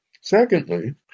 Secondly